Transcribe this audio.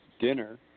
dinner